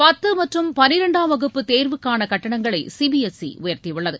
பத்து மற்றும் பனிரெண்டாம் வகுப்பு தேர்வுக்கான கட்டணங்களை சி பி எஸ் சி உயர்த்தியுள்ளது